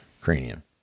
cranium